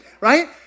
Right